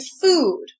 food